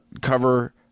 cover